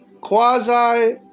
quasi